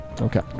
Okay